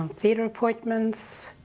um theatre appointments.